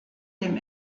dem